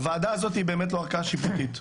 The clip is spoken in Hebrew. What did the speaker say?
הוועדה הזאת היא באמת לא ערכאה שיפוטית,